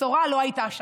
בשורה לא הייתה שם.